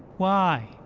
why?